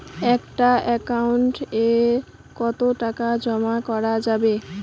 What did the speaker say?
একটা একাউন্ট এ কতো টাকা জমা করা যাবে?